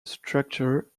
structure